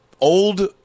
old